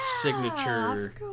signature